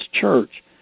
church